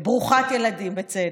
ברוכת ילדים, בצדק.